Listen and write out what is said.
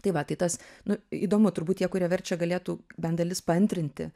tai va tai tas nu įdomu turbūt tie kurie verčia galėtų bent dalis paantrinti